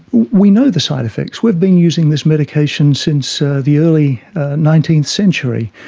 we know the side effects, we've been using this medication since the early nineteenth century,